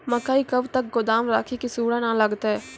मकई कब तक गोदाम राखि की सूड़ा न लगता?